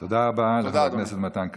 תודה רבה לחבר הכנסת מתן כהנא.